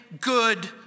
good